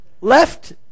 left